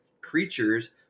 creatures